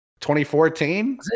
2014